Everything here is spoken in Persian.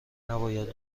نباید